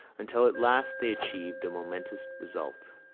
until at last they achieved a momentous result.